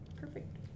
perfect